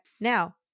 Now